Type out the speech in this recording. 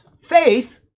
faith